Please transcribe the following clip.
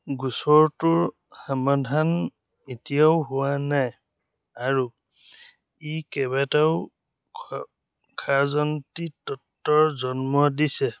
গোচৰটোৰ সমাধান এতিয়াও হোৱা নাই আৰু ই কেইবাটাও ষ ষড়যন্ত্ৰী তত্ত্বৰ জন্ম দিছে